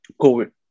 COVID